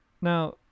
now